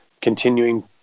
continuing